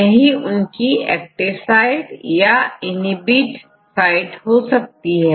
यही इनकी active site या इन्हींबिट साइट हो सकती है